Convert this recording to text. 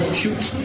shoots